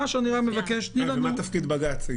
מה תפקיד בג"ץ?